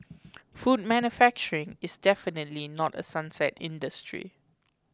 food manufacturing is definitely not a sunset industry